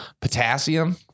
potassium